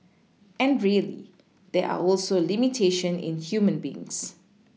and really there are also limitation in human beings